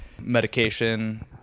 medication